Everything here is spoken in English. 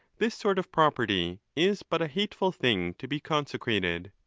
this sort of property is but a hateful thing to be consecrated.